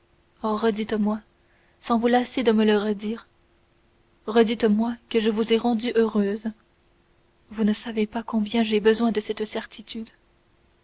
oh redites moi sans vous lasser de me le redire redites moi que je vous ai rendue heureuse vous ne savez pas combien j'ai besoin de cette certitude